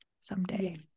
someday